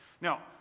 Now